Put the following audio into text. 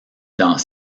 dans